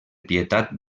pietat